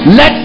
Let